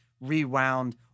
rewound